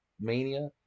Mania